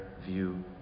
view